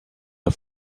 der